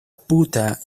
puta